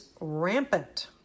rampant